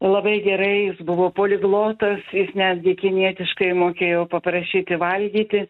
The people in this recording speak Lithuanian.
labai gerai jis buvo poliglotas jis netgi kinietiškai mokėjo paprašyti valgyti